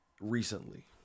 recently